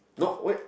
not what